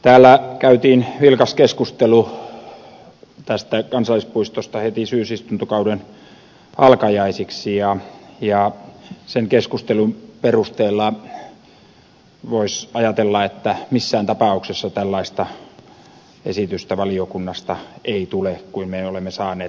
täällä käytiin vilkas keskustelu tästä kansallispuistosta heti syysistuntokauden alkajaisiksi ja sen keskustelun perusteella voisi ajatella että missään tapauksessa ei tule valiokunnasta tällaista esitystä kuin me olemme saaneet